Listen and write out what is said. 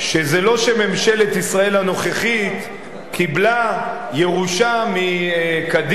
לא שממשלת ישראל הנוכחית קיבלה ירושה מקדימה,